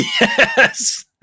Yes